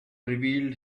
revealed